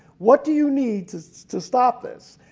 what do you need to to stop this?